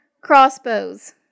crossbows